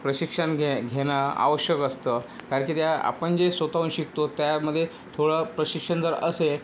प्रशिक्षण घ्याय घेणं आवश्यक असतं कारण की त्या आपण जे स्वतःहून शिकतो त्यामध्ये थोडं प्रशिक्षण जर असेल